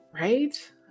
right